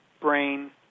brain